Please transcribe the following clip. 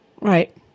Right